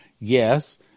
Yes